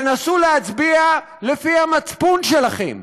תנסו להצביע לפי המצפון שלכם.